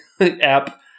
app